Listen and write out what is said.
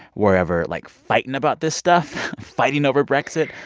wherever, like, fighting about this stuff, fighting over brexit.